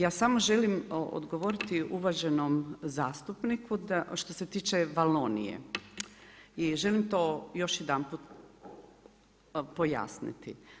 Ja samo želim odgovoriti uvaženom zastupniku, da što se tiče Valonije i želim to još jedanput pojasniti.